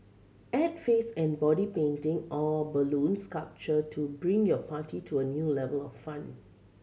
add face and body painting or balloon sculpture to bring your party to a new level of fun